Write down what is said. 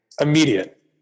immediate